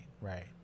right